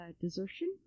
desertion